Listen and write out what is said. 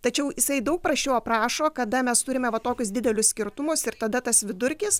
tačiau jisai daug prasčiau aprašo kada mes turime tokius didelius skirtumus ir tada tas vidurkis